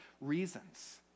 reasons